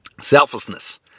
selflessness